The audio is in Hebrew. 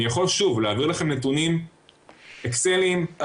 אני יכול להעביר לכם נתונים, אקסלים, טבלאות.